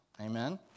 Amen